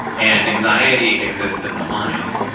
and anxiety exists in the mind,